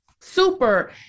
super